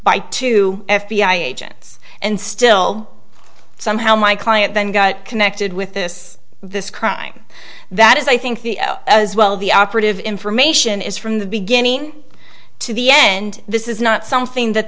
by two f b i agents and still somehow my client then got connected with this this crime that is i think as well the operative information is from the beginning to the end this is not something that